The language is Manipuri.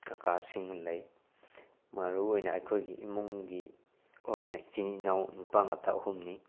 ꯀꯀꯥꯁꯤꯡ ꯂꯩ ꯃꯔꯨ ꯑꯣꯏꯅ ꯑꯩꯈꯣꯏꯒꯤ ꯏꯃꯨꯡꯒꯤ ꯑꯣꯏꯅ ꯏꯆꯤꯟ ꯏꯅꯥꯎ ꯅꯨꯄꯥ ꯉꯥꯛꯇ ꯑꯍꯨꯝꯅꯤ